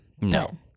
No